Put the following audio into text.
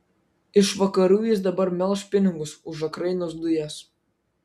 iš vakarų jis dabar melš pinigus už ukrainos dujas